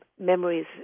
memories